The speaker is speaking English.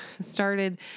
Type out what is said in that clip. started